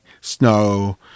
Snow